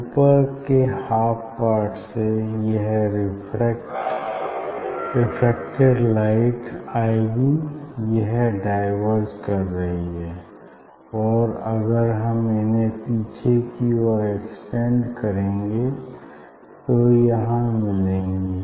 ऊपर के half part से यह रेफ्रेक्टेड लाइट आएगी यह डाईवर्ज कर रही हैं और अगर हम इन्हें पीछे की ओर एक्सटेंड करेंगे तो ये यहाँ मिलेंगी